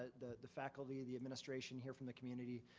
ah the the faculty, the administration, hear from the community.